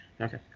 Okay